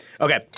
Okay